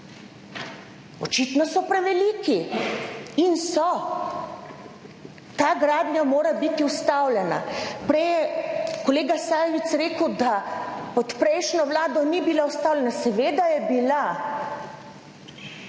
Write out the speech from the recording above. Očitno so preveliki in so. Ta gradnja mora biti ustavljena. Prej je kolega Sajovic rekel, da pod prejšnjo Vlado ni bila ustavljena. Seveda je bila.